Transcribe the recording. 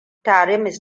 tare